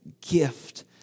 gift